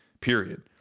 period